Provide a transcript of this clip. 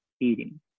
eating